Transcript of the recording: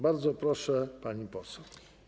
Bardzo proszę, pani poseł.